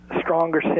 stronger